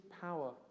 power